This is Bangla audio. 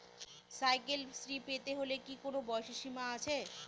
সাইকেল শ্রী পেতে হলে কি কোনো বয়সের সীমা আছে?